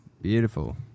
Beautiful